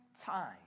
time